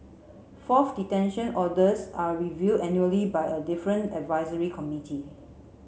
fourth detention orders are reviewed annually by a different advisory committee